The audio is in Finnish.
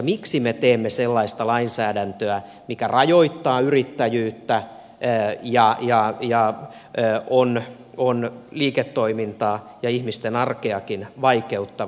miksi me teemme sellaista lainsäädäntöä mikä rajoittaa yrittäjyyttä ja on liiketoimintaa ja ihmisten arkeakin vaikeuttavaa